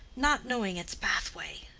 not knowing its pathway.